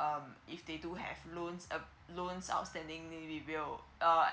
um if they do have loans uh loans outstanding utility bills um